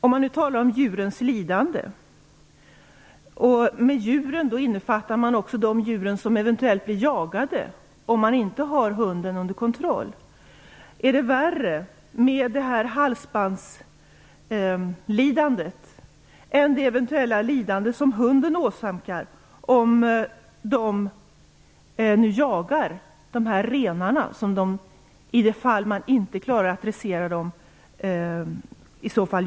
Om man nu talar om djurens lidande - med djuren innefattas också de djur som eventuellt blir jagade om man inte har hunden under kontroll - är då halsbandslidandet värre än det eventuella lidande som hunden vid jakt åsamkar renarna i de fall man inte klarar av att dressera hundarna?